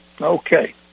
Okay